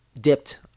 dipped